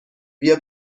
بیا